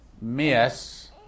Miss